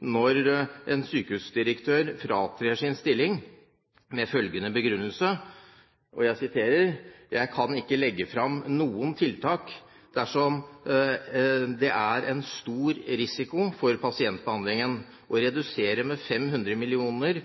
når en sykehusdirektør fratrer sin stilling med følgende begrunnelse: «Jeg kan ikke legge fram noen tiltak dersom det er stor risiko for pasientbehandlingen. Å redusere med 500 millioner